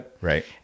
Right